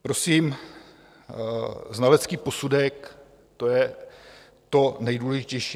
Prosím, znalecký posudek to je to nejdůležitější.